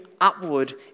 upward